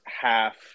half